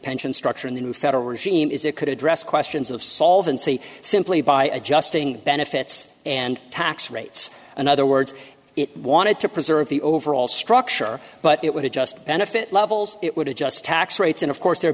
pension structure in the new federal regime is it could address questions of solvency simply by adjusting benefits and tax rates in other words it wanted to preserve the overall structure but it would adjust benefit levels it would adjust tax rates and of course there